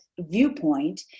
Viewpoint